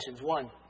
one